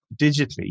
digitally